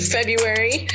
February